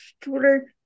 Twitter